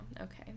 okay